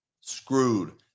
screwed